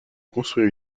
construire